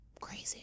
Crazy